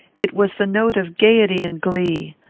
it was the note of gayety and glee.